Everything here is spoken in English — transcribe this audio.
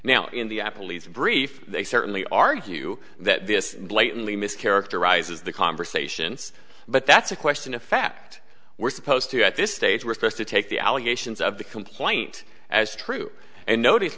now in the apple lease brief they certainly argue that this blatantly mis characterizes the conversations but that's a question of fact we're supposed to at this stage were first to take the allegations of the complaint as true and notice